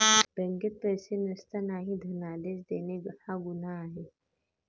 बँकेत पैसे नसतानाही धनादेश देणे हा गुन्हा आहे